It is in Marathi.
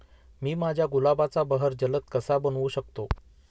मी माझ्या गुलाबाचा बहर जलद कसा बनवू शकतो?